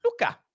Luca